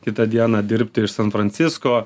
kitą dieną dirbti iš san francisko